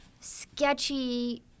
sketchy